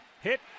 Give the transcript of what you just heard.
hit